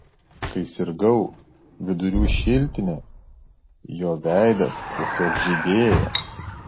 kai sirgau vidurių šiltine jo veidas tiesiog žydėjo